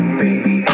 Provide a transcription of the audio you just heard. baby